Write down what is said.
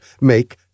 make